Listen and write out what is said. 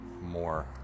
more